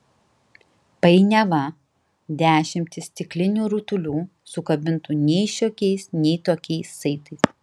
painiava dešimtys stiklinių rutulių sukabintų nei šiokiais nei tokiais saitais